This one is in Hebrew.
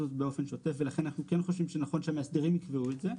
הזאת באופן שוטף ולכן אנחנו כן חושבים שנכון שמאסדרים יקבעו את זה.